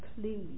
please